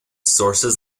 sources